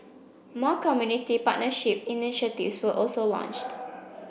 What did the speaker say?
more community partnership initiatives were also launched